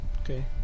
Okay